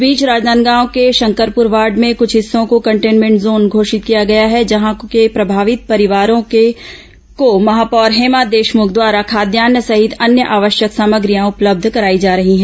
इस बीच राजनांदगांव के शंकरपुर वार्ड में कृछ हिस्सों को कंटेन्मेंट जोन घोषित किया गया है जहां के प्रभावित परिवारों को महापौर हेमा देशमुख द्वारा खाद्यान्न सहित अन्य आवश्यक सामग्रियां उपलब्ध कराई जा रही हैं